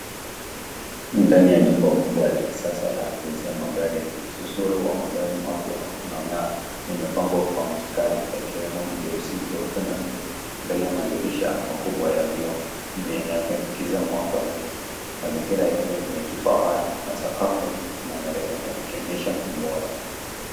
Ndani ya chumba kubwa la kisasa, la kuuza magari msusuru wa gari mapya limepengwa kwa mistari yakiemo jeusi ,jeupe na blue , mbele ya madirisha makubwa ya vioo, ndio inaingiza mwangaza nyingi, mazingira yote enye kifahari na sakafu inameremeta ikionyesha ubora.